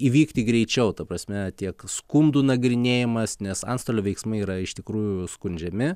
įvykti greičiau ta prasme tiek skundų nagrinėjimas nes antstolio veiksmai yra iš tikrųjų skundžiami